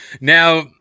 Now